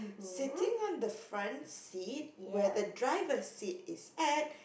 sitting on the front seat where the driver seat is at